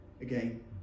again